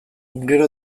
gero